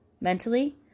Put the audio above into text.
mentally